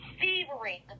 fevering